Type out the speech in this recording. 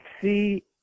see